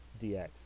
DX